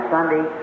Sunday